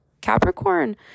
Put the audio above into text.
Capricorn